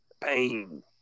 pain